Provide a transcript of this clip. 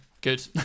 Good